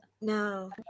No